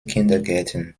kindergärten